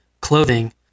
clothing